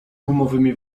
gumowymi